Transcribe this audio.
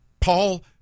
Paul